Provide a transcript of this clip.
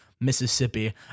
Mississippi